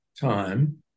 time